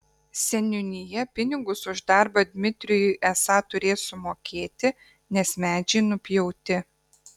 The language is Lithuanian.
seniūnija pinigus už darbą dmitrijui esą turės sumokėti nes medžiai nupjauti